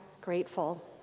grateful